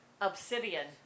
Obsidian